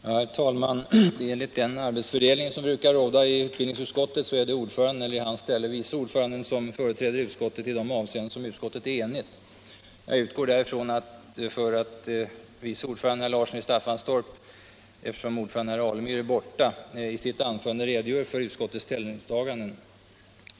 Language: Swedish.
Herr talman! Enligt den arbetsfördelning som brukar råda i utbildningsutskottet är det ordföranden eller i hans ställe vice ordföranden som företräder utskottet i de avseenden där utskottet är enigt. Jag utgår därför ifrån att vice ordföranden, herr Larsson i Staffanstorp, eftersom herr Alemyr är borta, i sitt anförande redogör för utskottets ställningstagande.